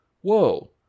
whoa